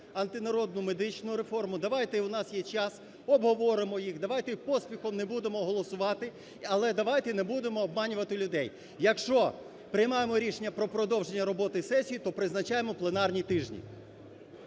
антинародну медичну реформу. Давайте, у нас є час, обговоримо їх, давайте поспіхом не будемо голосувати, але давайте не будемо обманювати людей. Якщо приймаємо рішення про продовження роботи сесії, то призначаємо пленарні тижні.